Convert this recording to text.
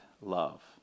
love